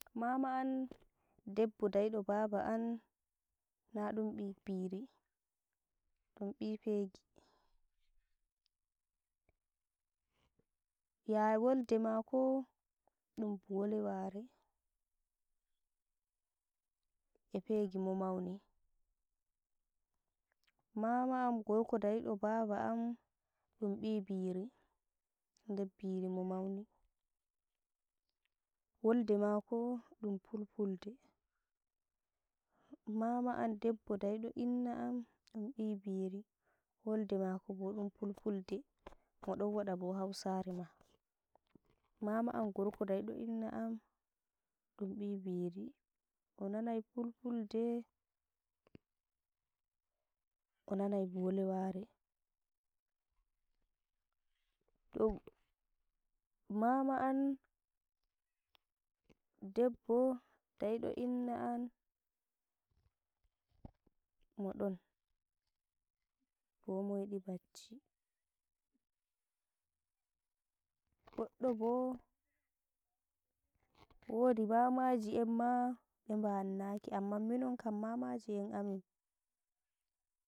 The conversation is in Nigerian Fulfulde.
Mama an debbo daido baba am naɗum bi- biri, ɗum bi fegi, ya wolde mako ɗum boleware e fegi mo mauni mama am gorko dodido baba am ɗum bi biri, nder mo mauni. wolɗe mako ɗum pulfulde, mama am debbo daido inna am dumbi biri wolde ma ko bo ɗum fulfulde, moɗon waɗa bo hausare ma. Mama am daido inna am ɗum bi biri, onanai fulfulde, onanai boleware bo moyiɗi bacci goɗɗo bo woɗi mamaji en ma be bannaki amman minon kam mamaji en min.